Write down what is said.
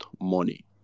money